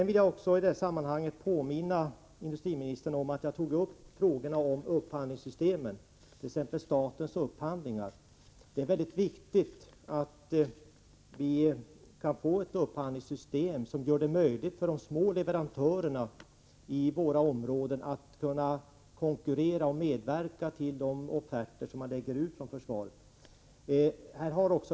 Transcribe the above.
I det här sammanhanget vill jag också påminna industriministern om att jag tog upp frågorna om upphandlingssystemen, t.ex. frågan om statens upphandlingar. Det är viktigt att vi får ett upphandlingssystem som gör det möjligt för de små leverantörerna inom våra områden att konkurrera och medverka i samband med de offerter som försvaret lägger ut.